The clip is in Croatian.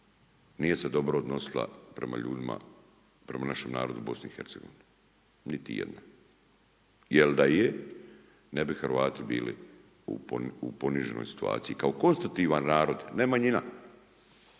nije se dobro odnosila prema ljudima, prema našem narodu u Bosni i Hercegovini. Niti i jedno jel' da je, ne bi Hrvati bili u poniženoj situaciji kao konstitutivan narod ne manjina.